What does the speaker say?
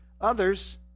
Others